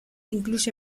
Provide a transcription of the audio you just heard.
incluye